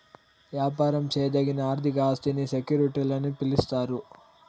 యాపారం చేయదగిన ఆర్థిక ఆస్తిని సెక్యూరిటీలని పిలిస్తారు